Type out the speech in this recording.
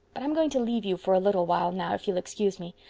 but i'm going to leave you for a little while now if you'll excuse me.